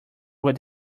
where